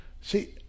See